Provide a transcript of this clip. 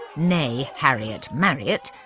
nee harriet marriott,